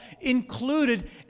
included